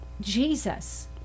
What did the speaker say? Jesus